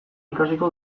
ikasiko